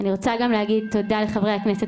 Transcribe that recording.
אני רוצה גם להגיד תודה לחברי הכנסת